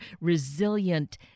resilient